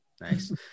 nice